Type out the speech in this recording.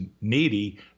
needy